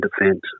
defence